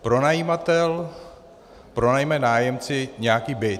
Pronajímatel pronajme nájemci nějaký byt.